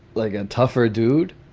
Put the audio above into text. like a tougher dude,